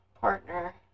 partner